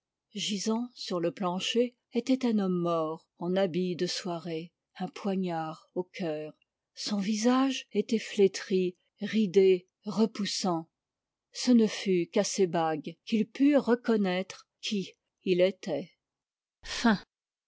gisant sur le plancher était un homme mort en habit de soirée un poignard au cœur son visage était flétri ridé repoussant ce ne fut'qu'ît ses bagues qu'ils purent reconnaître qui il était